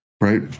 right